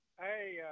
Hey